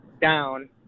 down